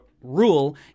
rule